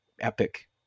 epic